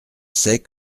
sais